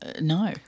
No